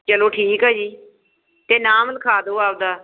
ਚਲੋ ਠੀਕ ਆ ਜੀ ਅਤੇ ਨਾਮ ਲਿਖਾ ਦਓ ਆਪਦਾ